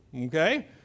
Okay